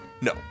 No